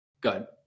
Good